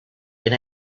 been